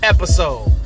Episode